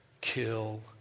kill